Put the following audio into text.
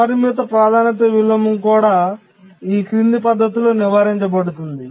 అపరిమిత ప్రాధాన్యత విలోమం కూడా ఈ క్రింది పద్ధతిలో నివారించబడుతుంది